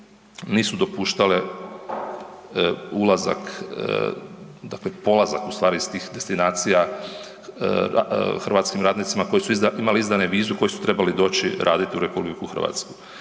nisu dopuštale ulazak dakle polazak u stvari iz tih destinacija hrvatskim radnicima koji su imali izdanu vizu koji su trebali doći u RH jer se